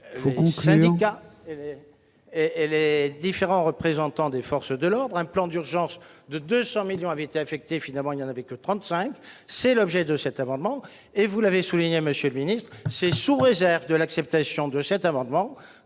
syndicats et et les différents représentants des forces de l'ordre, un plan d'urgence de 200 millions avaient été infectés, finalement, il y en avait que 35 c'est l'objet de cet amendement et vous l'avez souligné, Monsieur le Ministre, c'est sous réserve de l'acceptation de cet amendement,